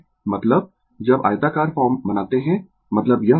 मतलब जब आयताकार फॉर्म बनाते है मतलब यह फॉर्म